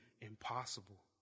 impossible